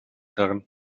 herren